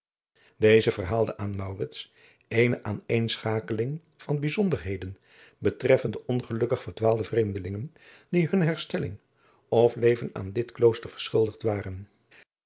deze verhaalde aan maurits eene aaneenschakeling van bijzonderheden betreffende ongelukkig verdwaalde vreemdelingen die hunne herstelling of leven aan dit klooster verschuldigd waren